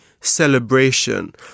celebration